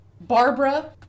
Barbara